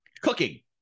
Cooking